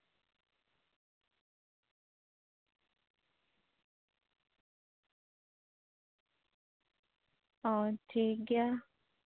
ᱦᱳᱭ ᱴᱷᱤᱠᱜᱮᱭᱟ